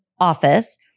office